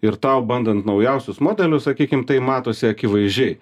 ir tau bandant naujausius modelius sakykim tai matosi akivaizdžiai